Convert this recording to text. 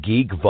Geek